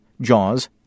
JAWS